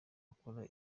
akora